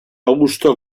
augusto